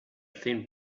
thin